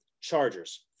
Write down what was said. Chargers